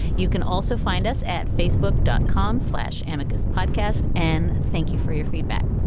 you can also find us at facebook dot com slash amicus podcast. and thank you for your feedback.